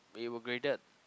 we were graded